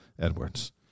Edwards